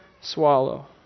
swallow